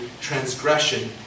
transgression